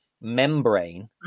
membrane